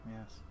Yes